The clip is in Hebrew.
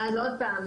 עוד פעם,